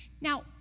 Now